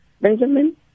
Benjamin